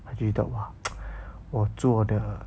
她觉得 !wah! 我做的